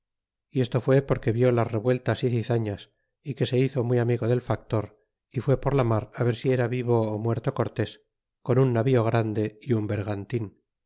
y esto fue porque vió las revueltas y zizañas y que se hizo muy amigo del factor y dzz n k fue por la mar ver si era vivo o muerto cortes con un navío grande y un vergantin